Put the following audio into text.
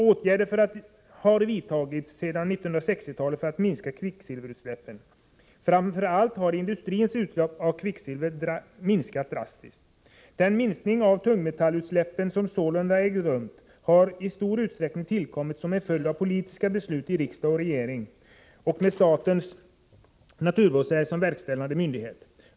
Åtgärder har vidtagits sedan 1960-talet för att minska kvicksilverutsläppen. Framför allt har industrins utsläpp av kvicksilver minskat drastiskt. Den minskning av tungmetallutsläpp som sålunda ägt rum har i stor utsträckning tillkommit som en följd av politiska beslut i riksdagen och regeringen och med statens naturvårdsverk som verkställande myndighet.